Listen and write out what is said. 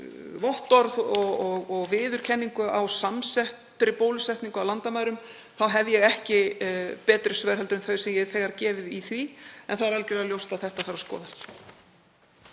vottorð og viðurkenningu á samsettri bólusetningu á landamærum þá hef ég ekki betri svör en þau sem ég hef þegar gefið um það. En það er algjörlega ljóst að þetta þarf að skoða.